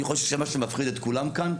אני חושב שמה שמפחיד את כולם כאן,